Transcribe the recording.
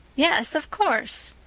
yes, of course,